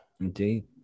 indeed